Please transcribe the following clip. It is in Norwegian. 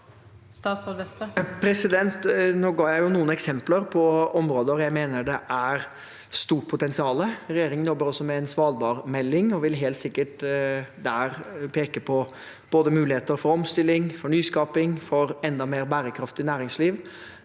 Nå ga jeg jo noen eksempler på områder der jeg mener det er stort potensial. Regjeringen jobber også med en svalbardmelding og vil helt sikkert der peke på muligheter for omstilling, for nyskaping og for enda mer bærekraftig næringsliv